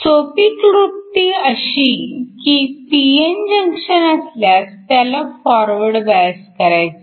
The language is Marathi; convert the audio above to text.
सोपी क्लृप्ती अशी की p n जंक्शन असल्यास त्याला फॉरवर्ड बायस करायचे